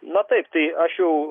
na taip tai aš jau